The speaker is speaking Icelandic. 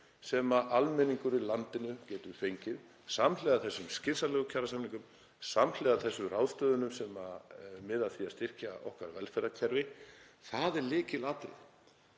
sem almenningur í landinu getur fengið samhliða þessum skynsamlegu kjarasamningum, samhliða þessum ráðstöfunum sem miða að því að styrkja okkar velferðarkerfi. Það er lykilatriði.